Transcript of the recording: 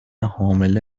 حامله